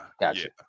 Gotcha